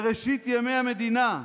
בראשית ימי המדינה,